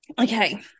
Okay